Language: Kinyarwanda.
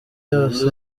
yose